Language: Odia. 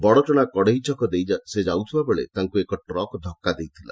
ବଡ଼ଚଣା କଡ଼େଇ ଛକ ଦେଇ ସେ ଯାଉଥିବା ବେଳେ ତାଙ୍କୁ ଏକ ଟ୍ରକ୍ ଧକ୍କା ଦେଇଥିଲା